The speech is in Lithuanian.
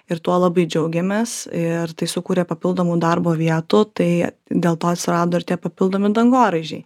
ir tuo labai džiaugėmės ir tai sukūrė papildomų darbo vietų tai dėl to atsirado ir tie papildomi dangoraižiai